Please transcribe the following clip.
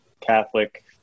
Catholic